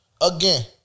Again